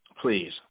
please